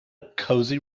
cosy